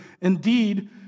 Indeed